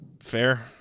Fair